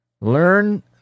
Learn